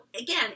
again